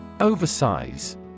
Oversize